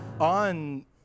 on –